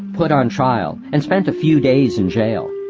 put on trial, and spent a few days in jail.